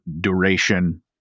duration